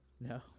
No